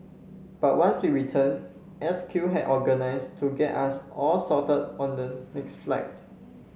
but once we returned S Q had organised to get us all sorted on the next flight